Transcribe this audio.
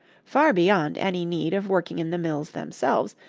far beyond any need of working in the mills themselves,